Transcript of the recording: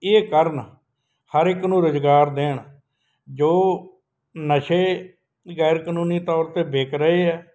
ਇਹ ਕਰਨ ਹਰ ਇੱਕ ਨੂੰ ਰੁਜ਼ਗਾਰ ਦੇਣ ਜੋ ਨਸ਼ੇ ਗੈਰ ਕਾਨੂੰਨੀ ਤੌਰ 'ਤੇ ਵਿਕ ਰਹੇ ਆ